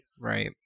right